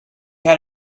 had